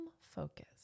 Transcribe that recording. focus